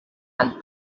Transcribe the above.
and